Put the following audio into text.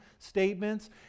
Statements